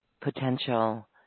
potential